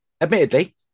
Admittedly